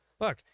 Look